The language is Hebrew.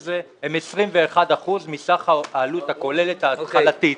הזה הם 21% מסך העלות הכוללת ההתחלתית.